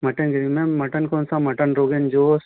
mutton gravy ma'am mutton कौनसा mutton rogan जोश